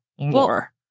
more